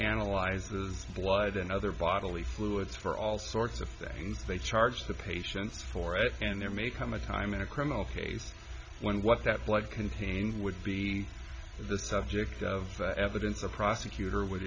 analyzes blood and other bodily fluids for all sorts of things they charge the patients for it and there may come a time in a criminal case when what that blood contains would be the subject of evidence a prosecutor would